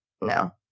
No